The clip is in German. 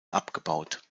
abgebaut